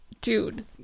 dude